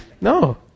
No